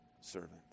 servant